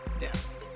Yes